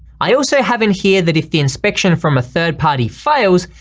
i also have in here that if the inspection from a third party fails,